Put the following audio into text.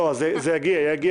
זה יגיע.